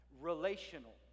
relational